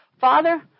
Father